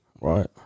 Right